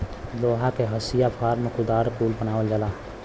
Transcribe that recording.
लोहा के हंसिआ फर्सा कुदार कुल बनावल जाला